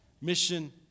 Mission